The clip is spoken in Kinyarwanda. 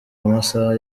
amasaha